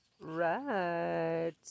Right